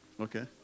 Okay